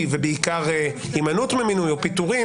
ובעיקר הימנעות ממינוי או פיטורים?